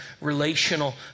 relational